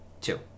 two